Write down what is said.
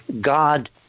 God